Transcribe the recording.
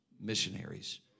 missionaries